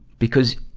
because,